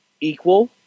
equal